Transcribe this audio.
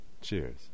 Cheers